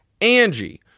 Angie